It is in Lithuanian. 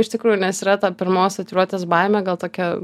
iš tikrųjų nes yra ta pirmos tatuiruotės baimė gal tokia